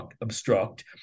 obstruct